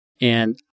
And-